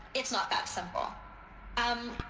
it's not that simple umm.